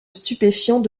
stupéfiants